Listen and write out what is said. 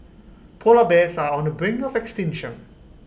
Polar Bears are on the brink of extinction